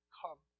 come